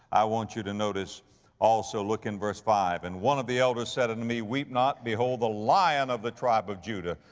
i want you to notice also, look in verse five, and one of the elders said unto and me, weep not behold, the lion of the tribe of judah,